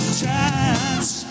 chance